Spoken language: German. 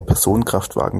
personenkraftwagen